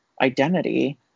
identity